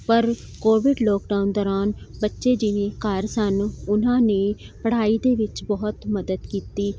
ਪਰ Covid lockdown ਦੌਰਾਨ ਬੱਚੇ ਜਿਵੇਂ ਘਰ ਸਨ ਉਨਾਂ ਨੇ ਪੜ੍ਹਾਈ ਦੇ ਵਿੱਚ ਬਹੁਤ ਮਦਦ ਕੀਤੀ